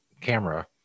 camera